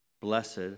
blessed